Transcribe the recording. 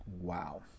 Wow